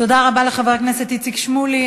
תודה רבה לחבר הכנסת איציק שמולי.